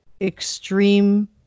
extreme